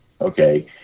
Okay